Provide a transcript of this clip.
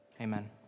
amen